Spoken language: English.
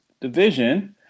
Division